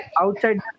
outside